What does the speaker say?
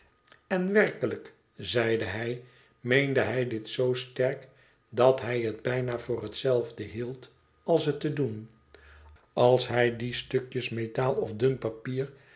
en werkelijk zeide hij meende hij dit zoo sterk dat hij het bijna voor hetzelfde hield als het te doen als hij die stukjes metaal of dun papier